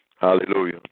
Hallelujah